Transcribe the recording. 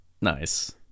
nice